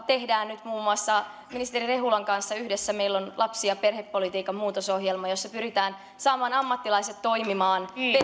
tehdään nyt muun muassa ministeri rehulan kanssa yhdessä meillä on lapsi ja perhepalveluiden muutosohjelma jossa pyritään saamaan ammattilaiset toimimaan